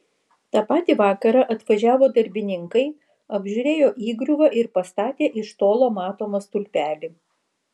tą patį vakarą atvažiavo darbininkai apžiūrėjo įgriuvą ir pastatė iš tolo matomą stulpelį